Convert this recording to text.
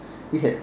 we had